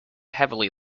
heavily